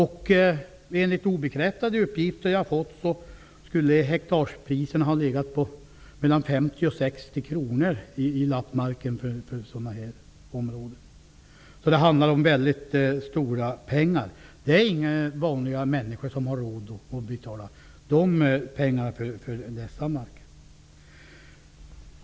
Enligt obekräftade uppgifter jag fått skulle hektarpriserna ha legat på mellan 50 och 60 kr i lappmarken. Det handlar om stora pengar. Inga vanliga människor har råd att betala sådana pengar för dessa marker.